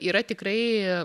yra tikrai